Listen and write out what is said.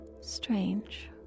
strange